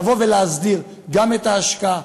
לבוא ולהסדיר גם את ההשקעה,